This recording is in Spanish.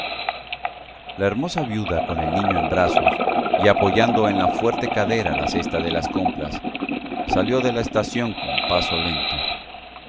la hermosa viuda con el niño en brazos y apoyando en la fuerte cadera la cesta de las compras salió de la estación con paso lento